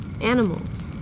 Animals